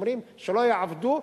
שלא יעבדו,